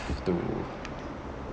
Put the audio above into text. to